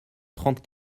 trente